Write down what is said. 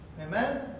Amen